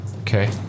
Okay